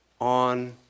on